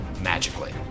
Magically